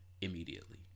immediately